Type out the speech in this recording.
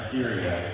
Syria